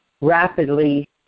rapidly